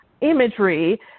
imagery